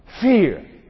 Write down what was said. Fear